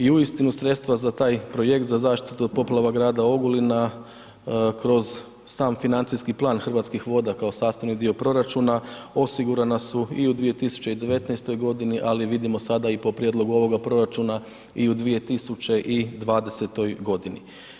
I uistinu sredstva za taj projekt, za zaštitu od poplava grada Ogulina, kroz sam financijski plan Hrvatskih voda kao sastavni dio proračuna, osigurana su i u 2019. g. ali vidimo sada i po prijedlogu ovoga proračuna i u 2020. godini.